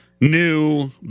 new